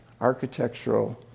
architectural